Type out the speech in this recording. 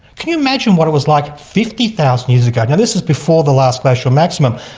can you imagine what it was like fifty thousand years ago? this is before the last glacial maximum,